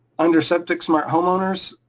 under septic smart homeowners,